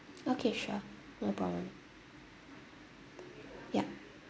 okay sure no problem ya